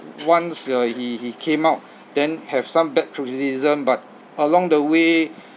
once uh he he came out then have some bad criticism but along the way